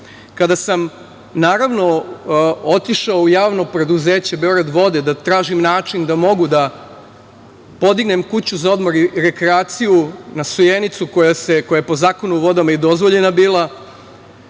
Kada sam otišao u Javno preduzeće „Beograd vode“ da tražim način da mogu da podignem kuću za odmor i rekreaciju, sojenicu koja je po Zakonu o vodama i bila dozvoljena i